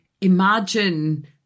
imagine